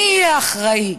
מי יהיה אחראי?